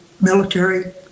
military